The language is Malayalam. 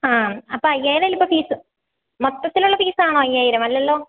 ആ അപ്പം അയ്യായിരം അല്ലേ അപ്പം ഫീസ് മൊത്തത്തിൽ ഉള്ള ഫീസാണോ അയ്യായിരം അല്ലല്ലോ